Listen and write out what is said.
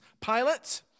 Pilate